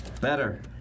Better